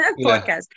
podcast